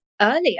earlier